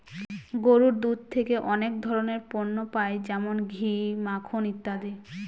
গরুর দুধ থেকে অনেক ধরনের পণ্য পাই যেমন ঘি, মাখন ইত্যাদি